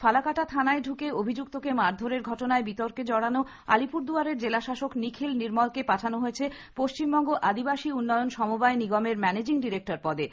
ফালাকাটা থানায় ঢুকে অভিযুক্তকে মারধোরের ঘটনায় বিতর্কে জড়ানো আলিপুরদুয়ারের জেলাশাসক নিখিল নির্মলকে পাঠানো হয়েছে পশ্চিমবঙ্গ আদিবাসী উন্নয়ন সমবায় নিগমের ম্যানেজিং ডিরেক্টর পদে